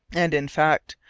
and, in fact,